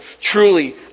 Truly